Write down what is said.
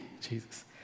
Jesus